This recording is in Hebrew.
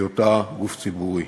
בהיותה גוף ציבורי.